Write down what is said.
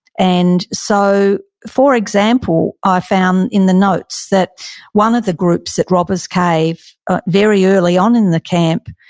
and so for example, i found in the notes that one of the groups at robbers cave, very early on in the camp,